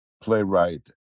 playwright